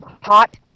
hot